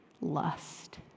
Lust